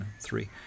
three